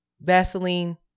Vaseline